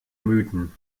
mythen